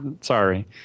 sorry